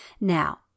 Now